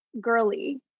girly